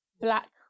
black